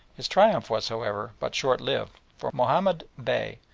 his triumph was, however, but shortlived, for mahomed bey,